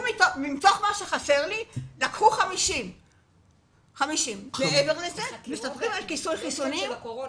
מתוך מה שחסר לי לקחו 50. לקחו לחקירות של הקורונה.